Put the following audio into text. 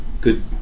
good